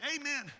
Amen